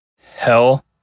Hell